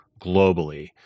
globally